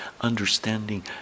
understanding